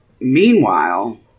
Meanwhile